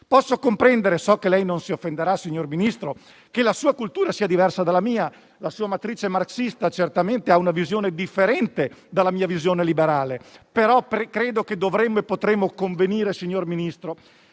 Posso comprendere - so che lei non si offenderà, signor Ministro - che la sua cultura sia diversa dalla mia; la sua matrice marxista certamente ha una visione differente dalla mia visione liberale. Credo però che dovremmo e potremmo convenire, signor Ministro,